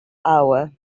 iowa